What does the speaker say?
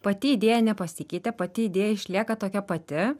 pati idėja nepasikeitė pati idėja išlieka tokia pati